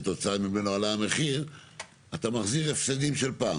אתה בעצם מחזיר היום על הפסדים של העבר?